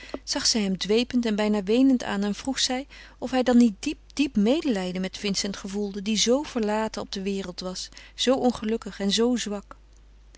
zag zij hem dwepend en bijna weenend aan en vroeg zij of hij dan niet diep medelijden met vincent gevoelde die zoo verlaten op de wereld was zoo ongelukkig en zoo zwak